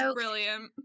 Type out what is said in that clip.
brilliant